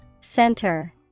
Center